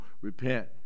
Repent